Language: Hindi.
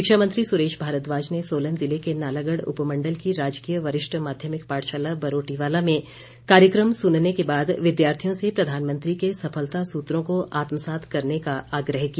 शिक्षा मंत्री सुरेश भारद्वाज ने सोलन जिले के नालागढ़ उपमंडल की राजकीय वरिष्ठ माध्यमिक पाठशाला बरोटीवाला में कार्यक्रम सुनने के बाद विद्यार्थियों से प्रधानमंत्री के सफलता सूत्रों को आत्मसात करने का आग्रह किया